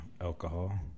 alcohol